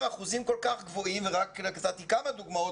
מדובר באחוזים כל כך גבוהים ונתתי רק כמה דוגמאות